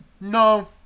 No